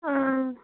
आ